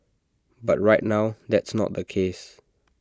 but right now that's not the case